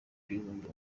ibihumbi